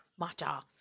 Matcha